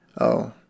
Oh